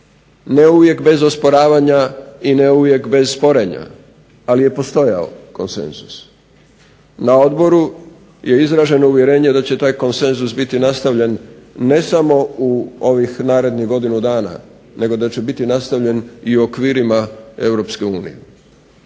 ne uvijek bez osporavanja i ne uvijek bez sporenja, ali je postojao konsenzus. Na odboru je izraženo uvjerenje da će taj konsenzus biti nastavljen ne samo u ovih narednih godinu dana, nego da će biti nastavljen i u okvirima EU.